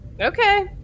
Okay